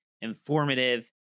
informative